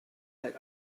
had